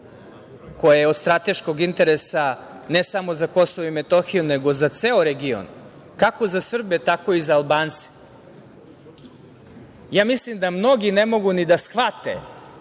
koje je od strateškog interesa ne samo za Kosovo i Metohiju, nego za ceo region, kako za Srbe tako i za Albance. Mislim da mnogi ne mogu ni da shvate